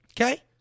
Okay